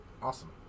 awesome